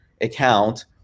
account